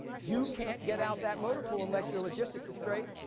you can't get out that motor pool unless your logistics is straight.